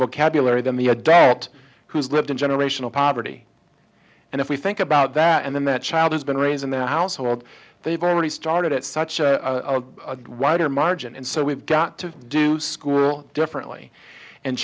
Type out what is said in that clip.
vocabulary than the adult who's lived in generational poverty and if we think about that and then that child has been raised in their household they've already started at such a wider margin and so we've got to do school differently and